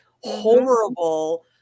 horrible